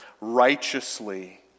righteously